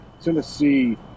Tennessee